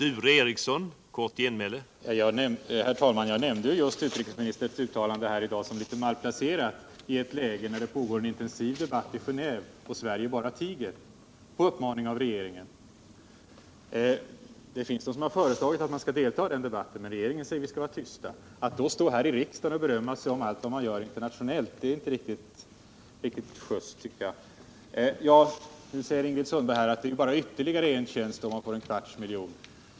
Herr talman! Jag framhöll utrikesministerns uttalande i dag som litet malplacerat i ett läge då det pågår en intensiv debatt i Genéve och Sverige bara tiger — på uppmaning av regeringen. Det har föreslagits att Sverige skall delta i den debatten, men regeringen säger att vi skall vara tysta. Att då stå här i riksdagen och berömma sig över allt vad man gör internationellt tycker jag inte är riktigt just. Ingrid Sundberg säger att det blir ytterligare bara en tjänst om anslaget höjs med en kvarts miljon.